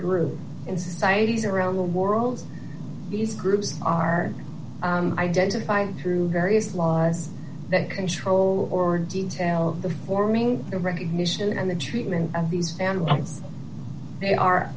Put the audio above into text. grew in societies around the world these groups are identified through various laws that control or detail the forming the recognition and the treatment of these families they are